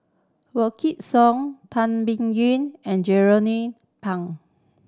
Wykidd Song Tan Biyun and Jernnine Pang